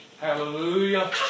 Hallelujah